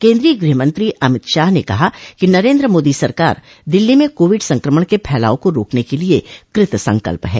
केन्द्रीय गृह मंत्री अमित शाह ने कहा कि नरेन्द्र मोदी सरकार दिल्ली में कोविड संक्रमण के फैलाव को रोकने के लिये कृत संकल्प है